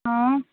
آ